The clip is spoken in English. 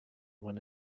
while